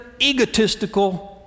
egotistical